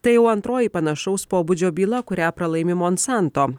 tai jau antroji panašaus pobūdžio byla kurią pralaimi monsanto